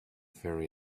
very